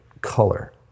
color